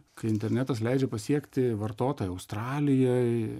kai internetas leidžia pasiekti vartotoją australijoj